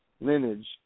lineage